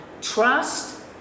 Trust